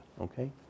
Okay